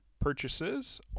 purchases